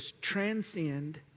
transcend